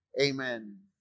amen